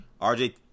RJ